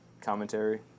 commentary